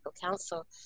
council